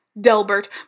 Delbert